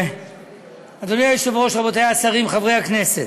אדוני היושב-ראש, רבותי השרים, חברי הכנסת,